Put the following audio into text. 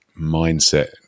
mindset